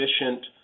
efficient